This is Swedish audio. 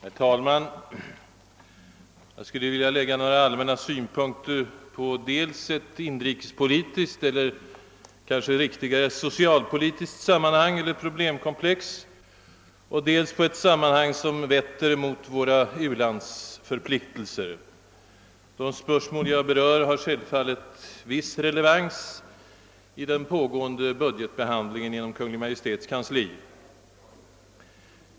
Herr talman! Jag vill anlägga några synpunkter på dels ett inrikespolitiskt eller kanske riktigare socialpolitiskt sammanhang eller problemkomplex, dels ett sammanhang som vetter mot våra u-landsförpliktelser. De spörsmål jag berör har självfallet en viss relevans i den nu pågående budgetbehandlingen inom Kungl. Maj:ts kansli.